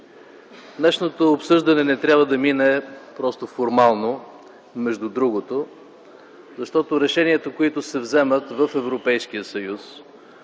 Днешното обсъждане не трябва да мине просто формално, между другото, защото решенията, които се вземат в Европейския съюз,